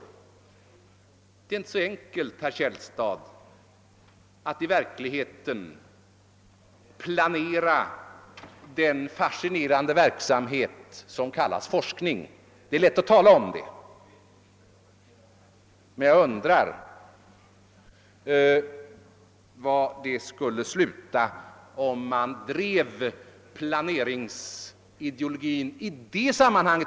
I verkligheten är det inte så enkelt, herr Källstad, att planera den fascinerande verksamhet som kal las forskning. Det är lätt att tala om planering, men jag undrar var det skulle sluta om man drev planeringsideologin för långt i detta sammanhang.